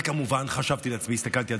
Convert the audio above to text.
וכמובן, חשבתי לעצמי, הסתכלתי ואמרתי: